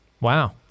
Wow